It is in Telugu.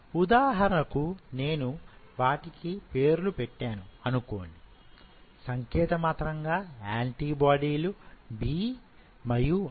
ఉదాహరణకు నేను వాటికి పేర్లు పెట్టాను అనుకోండి సంకేత మాత్రంగా ఆంటీ బాడీలు B మరియు R